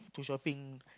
to shopping